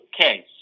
case